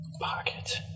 pocket